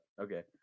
Okay